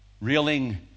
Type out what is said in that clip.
reeling